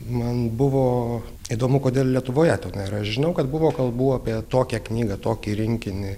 man buvo įdomu kodėl lietuvoje to nėra aš žinau kad buvo kalbų apie tokią knygą tokį rinkinį